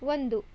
ಒಂದು